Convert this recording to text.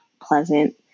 pleasant